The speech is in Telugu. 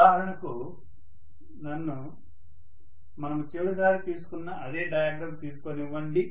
ఉదాహరణకు నన్ను మనము చివరిసారి తీసుకున్న అదే డయాగ్రమ్ తీసుకొనివ్వండి